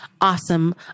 Awesome